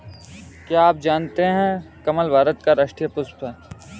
क्या आप जानते है कमल भारत का राष्ट्रीय पुष्प है?